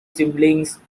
siblings